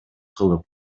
кылып